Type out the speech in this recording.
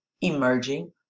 emerging